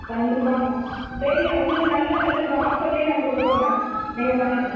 கண்டிப்பாக மேம் செய்யுங்க உங்களுக்கு நல்ல நல்ல தான் ஆஃப்பர்லேயும் நாங்கள் கொடுப்போம் மேம் நீங்கள் பண்ணுங்கள்